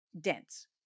dense